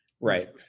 right